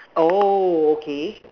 oh okay